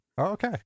Okay